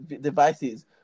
devices